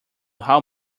how